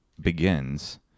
begins